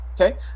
okay